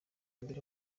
mbere